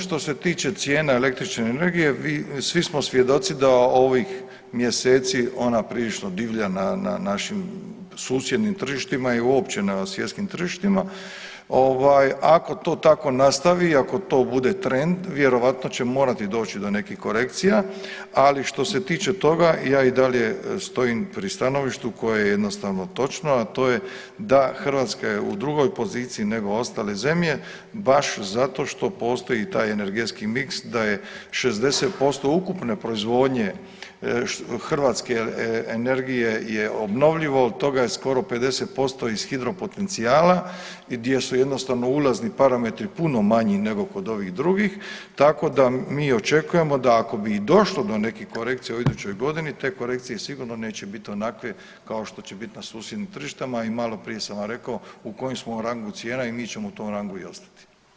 Što se tiče cijene električne energije svi smo svjedoci da ovih mjeseci ona prilično divlja na, na našim susjednim tržištima i uopće na svjetskim tržištima ovaj ako se to tako nastavi i ako to bude trend vjerojatno će morati doći do nekih korekcija, ali što se tiče toga ja i dalje stojim pri stanovištu koje je jednostavno točno, a to je da Hrvatska je u drugoj poziciji nego ostale zemlje baš zato što postoji taj energetski miks da je 60% ukupne proizvodnje hrvatske energije je obnovljivo, od toga je skoro 50% iz hidro potencijala gdje su jednostavno ulazni parametri puno manji nego kod ovih drugih, tako da mi očekujemo da ako bi i došlo do nekih korekcija u idućoj godini te korekcije sigurno neće bit onakve kao što će biti na susjednim tržištima i maloprije sam vam rekao u kojem smo rangu cijena i mi ćemo u tom rangu i ostati.